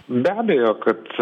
be abejo kad